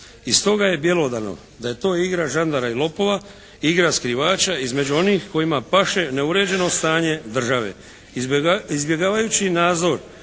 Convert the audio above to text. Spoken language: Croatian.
Izbjegavajući nadzor